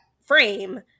frame